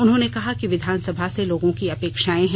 उन्होंने कहा कि विधानसभा से लोगों की अपेक्षाएं हैं